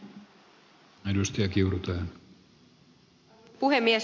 arvoisa puhemies